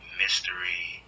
mystery